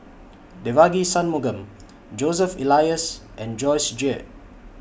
Devagi Sanmugam Joseph Elias and Joyce Jue